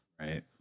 Right